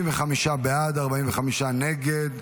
55 בעד, 45 נגד.